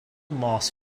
moss